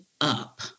up